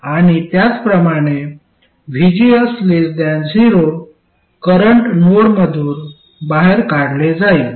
आणि त्याचप्रमाणे VGS 0 current source नोडमधून बाहेर काढले जाईल